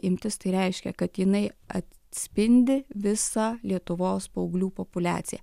imtis tai reiškia kad jinai atspindi visą lietuvos paauglių populiaciją